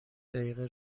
دقیقه